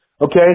Okay